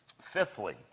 Fifthly